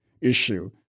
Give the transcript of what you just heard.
issue